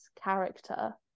character